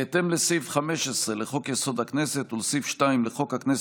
בהתאם לסעיף 15 לחוק-יסוד: הכנסת ולסעיף 2 לחוק הכנסת,